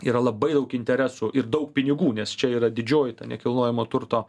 yra labai daug interesų ir daug pinigų nes čia yra didžioji ta nekilnojamo turto